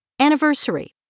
anniversary